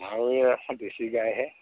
আছে দেশী গাইহে